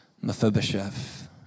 Mephibosheth